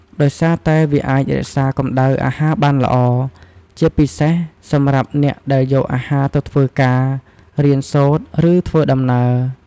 ដោយសារតែវាអាចរក្សាកម្ដៅអាហារបានល្អ ជាពិសេសសម្រាប់អ្នកដែលយកអាហារទៅធ្វើការ រៀនសូត្រ ឬធ្វើដំណើរ។